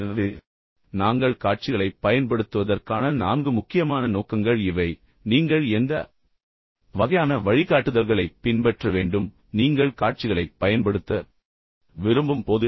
எனவே நாங்கள் காட்சிகளைப் பயன்படுத்துவதற்கான நான்கு முக்கியமான நோக்கங்கள் இவை ஆனால் நீங்கள் எந்த வகையான வழிகாட்டுதல்களைப் பின்பற்ற வேண்டும் நீங்கள் காட்சிகளைப் பயன்படுத்த விரும்பும் போது